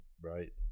Right